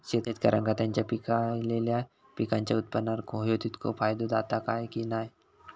शेतकऱ्यांका त्यांचा पिकयलेल्या पीकांच्या उत्पन्नार होयो तितको फायदो जाता काय की नाय?